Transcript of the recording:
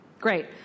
Great